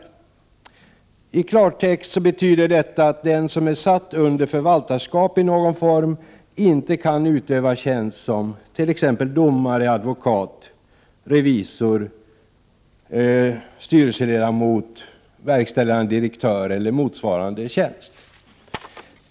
I klartext betyder detta att den som är satt under förvaltarskap i någon form inte kan utöva tjänst som t.ex. domare, advokat, revisor, styrelseledamot, verkställande direktör eller motsvarande tjänst.